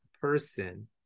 person